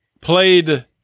played